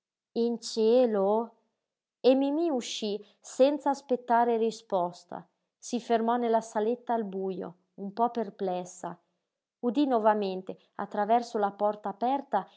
didí in cielo e mimí uscí senza aspettare risposta si fermò nella saletta al bujo un po perplessa udí novamente attraverso la porta aperta